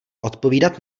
odpovídat